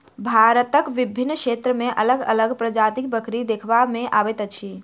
भारतक विभिन्न क्षेत्र मे अलग अलग प्रजातिक बकरी देखबा मे अबैत अछि